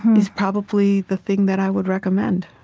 is probably the thing that i would recommend